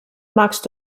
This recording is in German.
magst